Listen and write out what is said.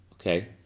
Okay